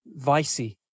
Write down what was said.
vicey